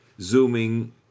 zooming